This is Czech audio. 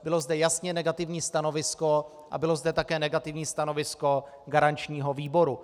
Bylo zde jasně negativní stanovisko a bylo zde také negativní stanovisko garančního výboru.